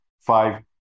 five